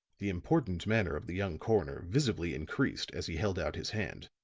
the important manner of the young coroner visibly increased as he held out his hand.